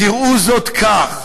קראו זאת כך.